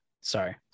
Sorry